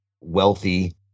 wealthy